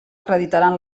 acreditaran